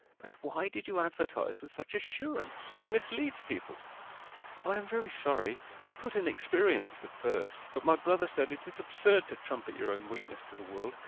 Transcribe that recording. but why did you advertise with such assurance? it misleads people i am very sorry i put inexperienced at first, but my brother said it is absurd to trumpet your own weakness to the world,